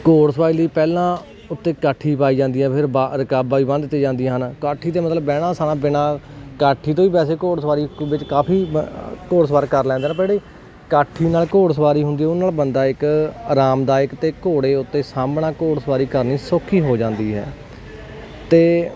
ਘੋੜ ਸਵਾਰੀ ਲਈ ਪਹਿਲਾਂ ਉਤੇ ਕਾਠੀ ਪਾਈ ਜਾਂਦੀ ਆ ਫਿਰ ਬ ਰਕਾਬਾਂ ਵੀ ਬੰਨ ਦਿੱਤੀਆਂ ਜਾਂਦੀਆਂ ਹਨ ਕਾਠੀ 'ਤੇ ਮਤਲਬ ਬਹਿਣਾ ਸਾਣਾ ਪੈਣਾ ਕਾਠੀ ਤੋਂ ਵੀ ਵੈਸੇ ਘੋੜ ਸਵਾਰੀ ਵਿੱਚ ਕਾਫੀ ਘੋੜ ਸਵਾਰ ਕਰ ਲੈਂਦਾ ਪਰ ਜਿਹੜੀ ਕਾਠੀ ਨਾਲ ਘੋੜ ਸਵਾਰੀ ਹੁੰਦੀ ਉਹਦੇ ਨਾਲ ਬੰਦਾ ਇੱਕ ਆਰਾਮਦਾਇਕ ਅਤੇ ਘੋੜੇ ਉੱਤੇ ਸਾਹਮਣਾ ਘੋੜ ਸਵਾਰੀ ਕਰਨੀ ਸੌਖੀ ਹੋ ਜਾਂਦੀ ਹੈ ਅਤੇ